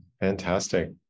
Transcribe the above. Fantastic